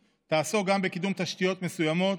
היא תעסוק גם בקידום תשתיות מסוימות,